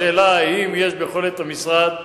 השאלה היא אם יש ביכולת המשרד שלך,